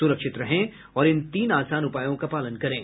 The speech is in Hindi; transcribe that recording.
सुरक्षित रहें और इन तीन आसान उपायों का पालन करें